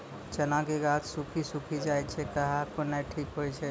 चना के गाछ सुखी सुखी जाए छै कहना को ना ठीक हो छै?